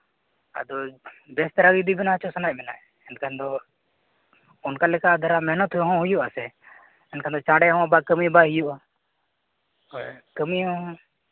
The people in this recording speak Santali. ᱟᱫᱚ ᱵᱮᱥ ᱫᱷᱟᱨᱟ ᱜᱮ ᱡᱩᱫᱤ ᱵᱮᱱᱟᱣ ᱦᱚᱪᱚ ᱥᱟᱱᱟᱭᱮᱫ ᱵᱮᱱᱟ ᱮᱱᱠᱷᱟᱱ ᱫᱚ ᱚᱱᱠᱟ ᱞᱮᱠᱟ ᱫᱷᱟᱨᱟ ᱢᱮᱦᱱᱚᱛ ᱦᱚᱸ ᱦᱩᱭᱩᱜ ᱟᱥᱮ ᱮᱱᱠᱷᱟᱱ ᱫᱚ ᱪᱟᱬᱮ ᱦᱚᱸ ᱵᱟᱭ ᱠᱟᱹᱢᱤ ᱵᱟᱭ ᱦᱩᱭᱩᱜᱼᱟ ᱦᱳᱭ ᱠᱟᱹᱢᱤᱭᱟᱢ